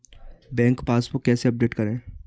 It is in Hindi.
बैंक पासबुक कैसे अपडेट करें?